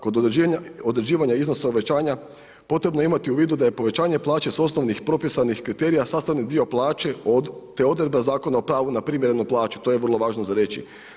Kod određivanja iznosa uvećanja potrebno je imati u vidu da je povećanje plaće s osnovnih propisanih kriterija sastavni dio plaće te odredba Zakona o pravu na primjerenu plaću, to je vrlo važno za reći.